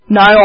no